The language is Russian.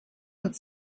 над